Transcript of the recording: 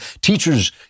teachers